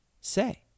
say